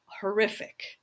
horrific